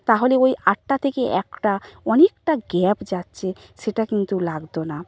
তাহলে ওই আটটা থেকে একটা অনেকটা গ্যাপ যাচ্ছে সেটা কিন্তু লাগদো না